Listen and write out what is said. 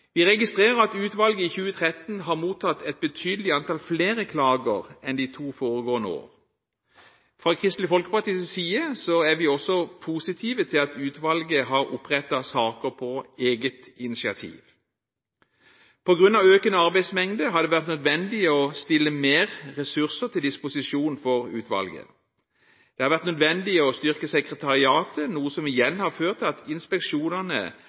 Vi registrerer at utvalget i 2013 har mottatt et betydelig større antall klager enn i de to foregående årene. Fra Kristelig Folkepartis side er vi også positive til at utvalget har opprettet saker på eget initiativ. På grunn av økende arbeidsmengde har det vært nødvendig å stille flere ressurser til disposisjon for utvalget. Det har vært nødvendig å styrke sekretariatet, noe som igjen har ført til at inspeksjonene